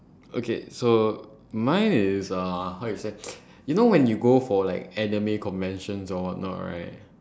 okay so mine is uh how you say you know when you go for like anime conventions or what not right